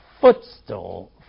footstool